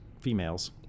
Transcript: females